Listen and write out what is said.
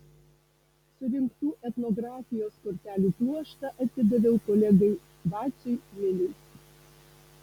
surinktų etnografijos kortelių pluoštą atidaviau kolegai vaciui miliui